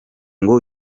ngo